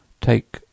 take